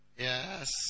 Yes